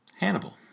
Hannibal